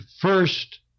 first